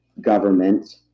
government